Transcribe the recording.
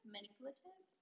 Manipulative